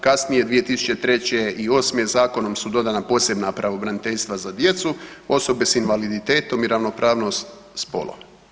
Kasnije 2003. i osme zakonom su dodana posebna pravobraniteljstva za djecu, osobe sa invaliditetom i ravnopravnost spolova.